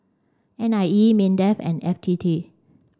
N I E MINDEF and F T T